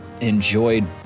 enjoyed